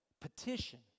petition